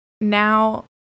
now